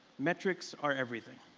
metrics are everything.